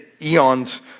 eons